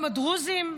גם הדרוזים,